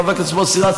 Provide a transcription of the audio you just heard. חבר הכנסת מוסי רז,